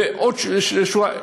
ועוד שורה,